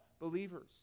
believers